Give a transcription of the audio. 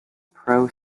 pro